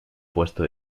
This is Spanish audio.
puesto